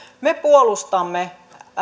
me puolustamme